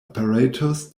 apparatus